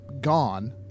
gone